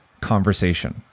conversation